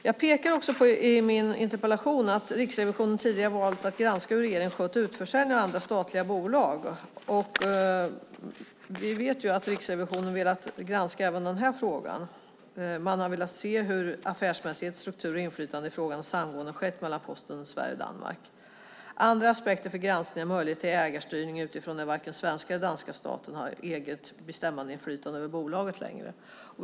Jag pekar också i min interpellation på att Riksrevisionen tidigare har valt att granska hur regeringen skött utförsäljning av andra statliga bolag. Och vi vet att Riksrevisionen har velat granska även den här frågan. Man har velat se på affärsmässighet, struktur och inflytandefrågor i det samgående som har skett mellan Posten i Sverige och Post Danmark. Andra aspekter för granskning är möjlighet till ägarstyrning utifrån att varken den svenska eller den danska staten har eget bestämmandeinflytande över bolaget längre.